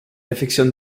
affectionne